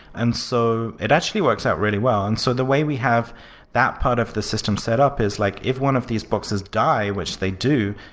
and so it actually works out really well. and so the way we have that part of the system set up is like if one of these boxes die, which they do,